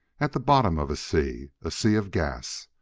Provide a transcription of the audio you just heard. at the bottom of a sea a sea of gas.